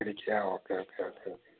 ഇടുക്കിയാണ് ആ okay okay okay okay